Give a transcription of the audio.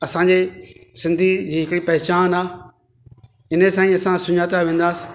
असांजे सिंधी जी हिकड़ी पहचान आहे इन सां ई असां सुञाता वेंदासीं